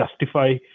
justify